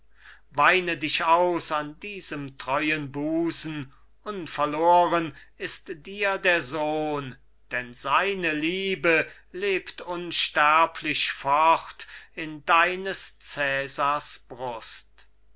weine dich aus an diesem treuen busen unverloren ist dir der sohn denn seine liebe lebt unsterblich fort in deines cesars brust